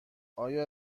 آیا